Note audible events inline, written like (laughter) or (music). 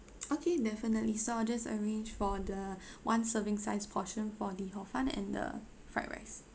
okay definitely so I'll just arrange for the (breath) one serving size portion for the hor fun and the fried rice